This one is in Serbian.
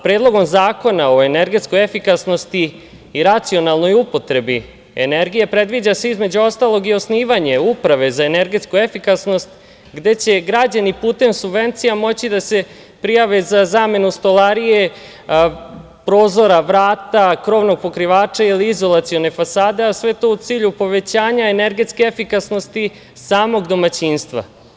Predlogom zakona o energetskoj efikasnosti i racionalnoj upotrebi energije, predviđa se, između ostalog i osnivanje uprave za energetsku efikasnost, gde će građani putem subvencija moći da se prijave za zamenu stolarije, prozora, vrata, krovnog pokrivača ili izolacione fasade, a sve je to u cilju povećanja energetske efikasnosti samog domaćinstva.